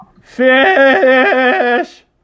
Fish